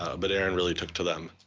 ah but aaron really talked to them,